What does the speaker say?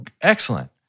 Excellent